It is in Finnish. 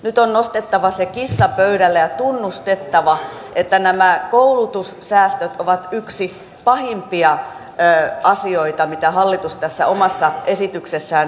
nyt on nostettava se kissa pöydälle ja tunnustettava että nämä koulutussäästöt ovat yksi pahimpia asioita mitä hallitus tässä omassa esityksessään tekee